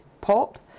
pop